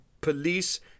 police